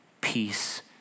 peace